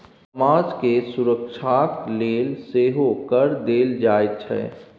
समाज केर सुरक्षाक लेल सेहो कर देल जाइत छै